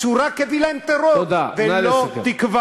שרק הביא להם טרור, ולא תקווה.